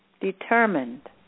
Determined